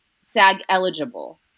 SAG-eligible